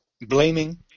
blaming